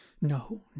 No